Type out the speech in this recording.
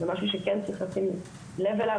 זה משהו שצריך לשים לב אליו,